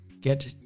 get